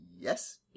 Yes